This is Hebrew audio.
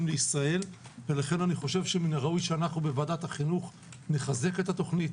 לישראל ולכן אני חושב שמן הראוי שבוועדת החינוך נחזק את התוכנית,